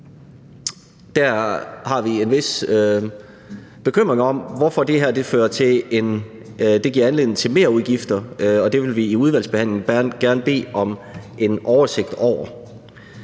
Der har vi en vis bekymring for, at det her giver anledning til merudgifter. Det vil vi i udvalgsbehandlingen gerne bede om en oversigt over.